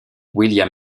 william